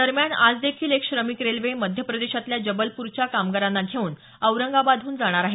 दरम्यान आज देखील एक श्रमिक रेल्वे मध्यप्रदेशातल्या जबलप्रच्या कामगारांना घेऊन औरंगाबादहन जाणार आहे